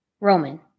Roman